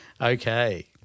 Okay